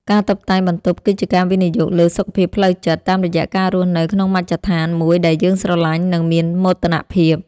ការតុបតែងបន្ទប់គឺជាការវិនិយោគលើសុខភាពផ្លូវចិត្ត តាមរយៈការរស់នៅក្នុងមជ្ឈដ្ឋានមួយដែលយើងស្រឡាញ់ និងមានមោទនភាព។